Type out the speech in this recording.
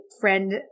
friend